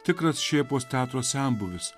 tikras šėpos teatro senbuvis